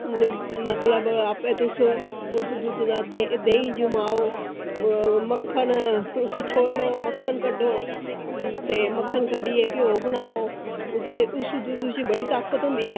ते आपें तुस उस दुद्ध दा देहीं जमाओ ते उसी छोलो ते मक्खन कड्ढो ते मक्खन कड्ढियै घ्यो बनाओ ते उस दुद्ध च बड़ी ताकत होंदी ऐ